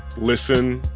listen.